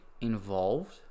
involved